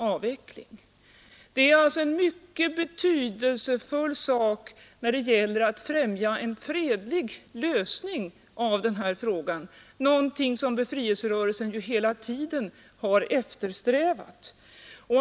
Ett erkännande är alltså en betydelsefull sak när det gäller att främja en fredlig lösning av den här frågan, någonting som befrielserörelsen ju hela tiden har eftersträvat.